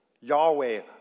Yahweh